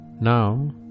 Now